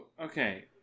Okay